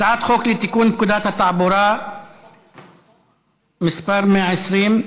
הצעת חוק לתיקון פקודת התעבורה (מס' 120),